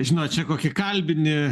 žinot čia kokį kalbini